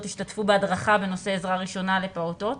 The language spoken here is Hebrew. ישתתפו בהדרכה בנושא עזרה ראשונה לפעוטות